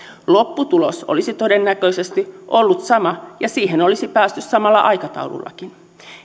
lopputulos olisi todennäköisesti ollut sama ja siihen olisi päästy samalla aikataulullakin